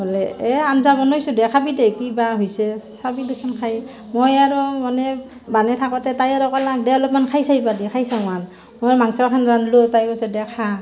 হ'লে এই আঞ্জা বনাইছোঁ দে খাবি দে কিবা হৈছে চাবি দেচোন খায় মই আৰু মানে বানেই থাকোঁতে তাই আৰু ক'লাক দে অলপমান খাই চাইবা দি খাই চাওঁ অকমান মই মাংসখন ৰান্ধলোঁ তাৰপিছত দে খাওঁ